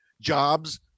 jobs